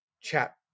chat